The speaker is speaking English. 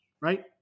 right